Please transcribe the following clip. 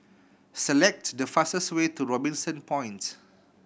select the fastest way to Robinson Point